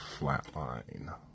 Flatline